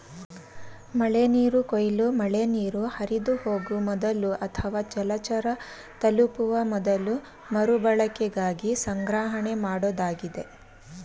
ಮಳೆನೀರು ಕೊಯ್ಲು ಮಳೆನೀರು ಹರಿದುಹೋಗೊ ಮೊದಲು ಅಥವಾ ಜಲಚರ ತಲುಪುವ ಮೊದಲು ಮರುಬಳಕೆಗಾಗಿ ಸಂಗ್ರಹಣೆಮಾಡೋದಾಗಿದೆ